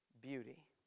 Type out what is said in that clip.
beauty